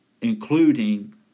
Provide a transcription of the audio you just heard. including